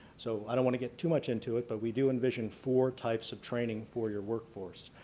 so i don't want to get too much into it, but we do envision four types of training for your workforce.